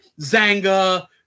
Zanga